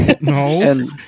No